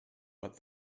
but